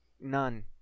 none